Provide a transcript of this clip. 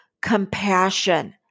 compassion